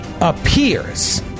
appears